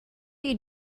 you